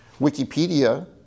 Wikipedia